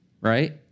right